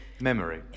Memory